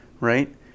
right